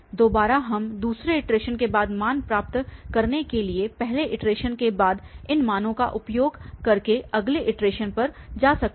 दोबारा हम दूसरे इटरेशन के बाद मान प्राप्त करने के लिए पहले इटरेशन के बाद इन मानों का उपयोग करके अगले इटरेशन पर जा सकते हैं